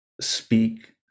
speak